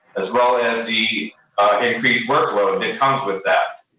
as well as the increased workload that comes with that.